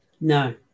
No